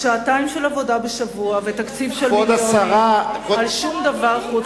שעתיים של עבודה בשבוע ותקציב של מיליונים על שום דבר חוץ מהישרדות.